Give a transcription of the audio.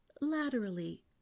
Laterally